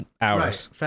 hours